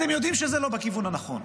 אתם יודעים שזה לא בכיוון הנכון,